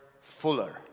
Fuller